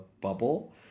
bubble